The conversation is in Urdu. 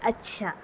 اچھا